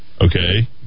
Okay